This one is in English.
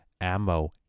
ammo